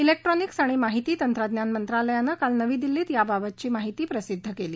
electronics आणि माहिती तंत्रज्ञान मंत्रालयानं काल नवी दिल्लीत याबाबतची प्रसिध्द केली